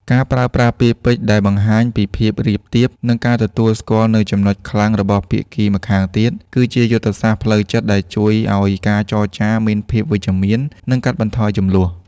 ការប្រើប្រាស់ពាក្យពេចន៍ដែលបង្ហាញពីភាពរាបទាប និងការទទួលស្គាល់នូវចំណុចខ្លាំងរបស់ភាគីម្ខាងទៀត គឺជាយុទ្ធសាស្ត្រផ្លូវចិត្តដែលជួយឱ្យការចរចាមានភាពវិជ្ជមាន និងកាត់បន្ថយជម្លោះ។